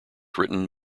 written